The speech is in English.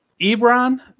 Ebron